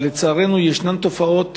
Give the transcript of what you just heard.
אבל, לצערנו, יש תופעות